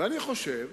אני חושב